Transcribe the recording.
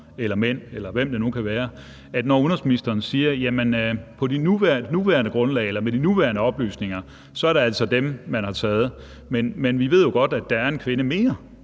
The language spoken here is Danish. eller mænd, eller hvem det nu kan være – når udenrigsministeren siger, at med de nuværende oplysninger er det altså dem, man har taget. Men vi ved jo godt, at der er en kvinde mere